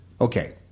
Okay